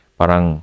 parang